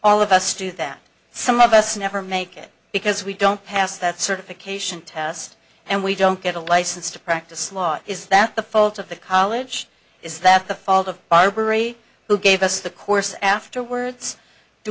all of us do that some of us never make it because we don't pass that certification test and we don't get a license to practice law is that the fault of the college is that the fault of barbary who gave us the course afterwards do